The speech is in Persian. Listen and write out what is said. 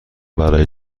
برای